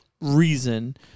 reason